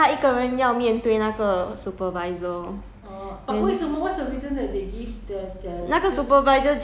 他们完的时候就有多一个接手 mah 但是只有他一个人 so 他一个人要面对那个 supervisor lor